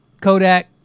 Kodak